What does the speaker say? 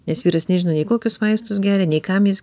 nes vyras nežino nei kokius vaistus geria nei kam jis